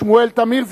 שמואל תמיר,